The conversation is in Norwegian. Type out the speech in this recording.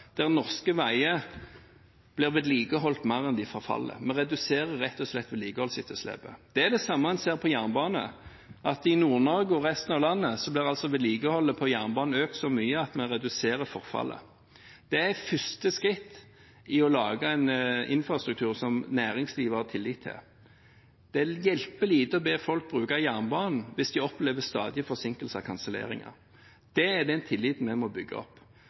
der norske veier blir vedlikeholdt mer enn de forfaller. Vi reduserer rett og slett vedlikeholdsetterslepet. Det er det samme en ser på jernbane, at i Nord-Norge og resten av landet blir vedlikeholdet på jernbane økt så mye at vi reduserer forfallet. Det er første skritt i å lage en infrastruktur som næringslivet har tillit til. Det hjelper lite å be folk bruke jernbanen hvis de opplever stadige forsinkelser og kanselleringer. Det er den tilliten vi må bygge opp.